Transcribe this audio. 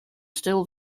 still